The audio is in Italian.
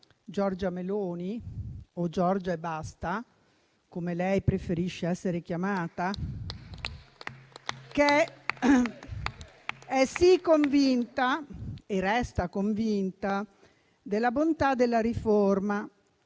Giorgia Meloni (o Giorgia e basta, come lei preferisce essere chiamata) che è sì convinta e resta convinta della bontà della riforma,